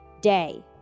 day